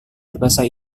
berbahasa